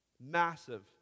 Massive